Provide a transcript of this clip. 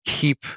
keep